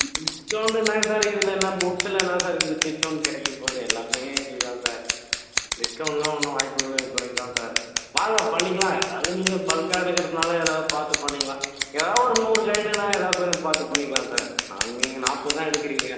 discount என்ன sir இதிலலாம் புக்ஸில் என்ன சார் இதுக்கு டிஸ்கௌண்ட் கிடைக்கப் போகுது எல்லாமே இதுதான் சார் டிஸ்கௌண்ட்டெலாம் ஒன்றும் வாய்ப்புகள் இங்கு குறைவு தான் சார் வாங்க பண்ணிக்கலாம் அதாவது நீங்கள் பல்க்காக எடுக்கிறதுனால ஏதாவது பார்த்து பண்ணிக்கலாம் ஏதாவது ஒரு நூறு கைடுன்னால் ஏதாவது கொஞ்சம் பார்த்து பண்ணிக்கலாம் சார் நான் நீங்கள் நாற்பதுதான் எடுக்கிறீங்க